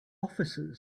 officers